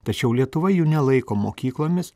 tačiau lietuva jų nelaiko mokyklomis